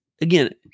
again